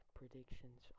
predictions